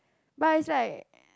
but it's like